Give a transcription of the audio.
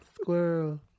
Squirrel